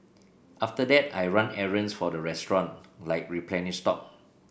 after that I run errands for the restaurant like replenish stock